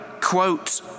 quote